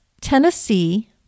Tennessee